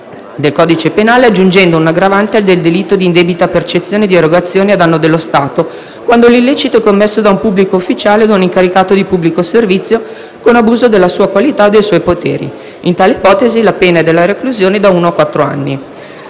del codice penale, aggiungendo un'aggravante del delitto di indebita percezione di erogazioni a danno dello Stato, quando l'illecito è commesso da un pubblico ufficiale o da un incaricato di pubblico servizio con abuso della sua qualità o dei suoi poteri; in tali ipotesi, la pena è della reclusione da uno a